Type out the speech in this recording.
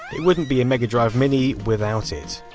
it wouldn't be a mega drive mini without it.